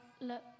look